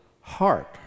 heart